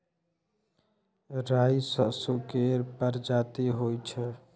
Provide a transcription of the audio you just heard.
राई सरसो केर परजाती होई छै